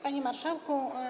Panie Marszałku!